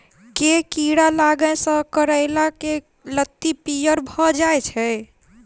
केँ कीड़ा लागै सऽ करैला केँ लत्ती पीयर भऽ जाय छै?